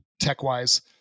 tech-wise